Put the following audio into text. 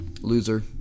Loser